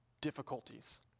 difficulties